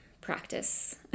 practice